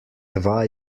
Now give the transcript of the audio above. dva